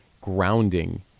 grounding